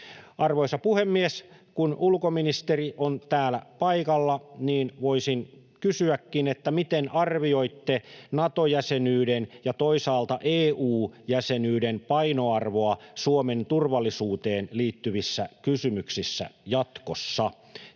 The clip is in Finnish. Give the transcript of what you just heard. Arvoisa puhemies! Kun ulkoministeri on täällä paikalla, niin voisin kysyäkin: miten arvioitte Nato-jäsenyyden ja toisaalta EU-jäsenyyden painoarvoa Suomen turvallisuuteen liittyvissä kysymyksissä jatkossa?